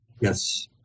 Yes